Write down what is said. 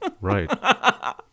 Right